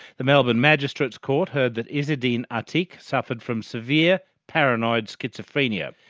the melbourne magistrate's court heard that izzydeen atik suffered from severe paranoid schizophrenia.